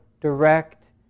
direct